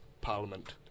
Parliament